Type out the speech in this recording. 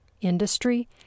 Industry